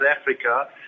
Africa